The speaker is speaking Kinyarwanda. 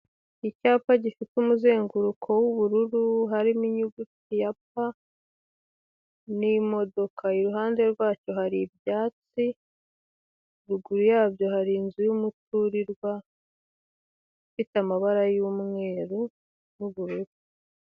Icyapa gifite umuzenguruko w'ubururu harimo inyugu ya ''p'' n'imodoka, iruhande rwacyo hari ibyatsi; ruguru yabyo hari inzu y'umuturirwa ifite amabara y'umweru n'ubururu.